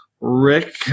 Rick